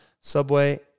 Subway